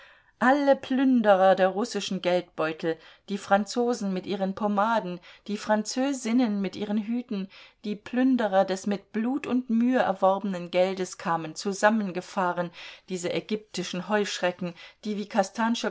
alle plünderer der russischen geldbeutel die franzosen mit ihren pomaden die französinnen mit ihren hüten die plünderer des mit blut und mühe erworbenen geldes kamen zusammengefahren diese ägyptischen heuschrecken die wie